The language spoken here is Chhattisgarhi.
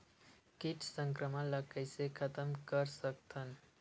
कीट संक्रमण ला कइसे खतम कर सकथन?